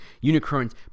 unicorns